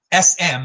SM